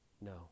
No